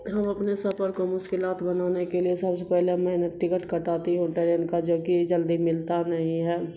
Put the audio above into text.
ہم اپنے سفر کو مشکلات بنانے کے لیے سب سے پہلے میں نے ٹکٹ کٹاتی ہوں ٹرین کا جو کہ جلدی ملتا نہیں ہے